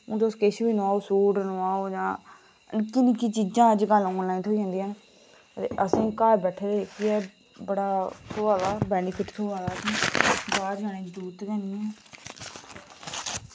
हुन तुस किश बी नुआओ सूट नुआओ जां निक्की निक्की चीजां अजकल आनलाइन थ्होई जन्दियां न ते असें घर बैठे दे जेह्की ऐ थ्होआ दा बैनिफिट थ्होआ दा असें बाह्र जाने दी जरूरत गै निं ऐ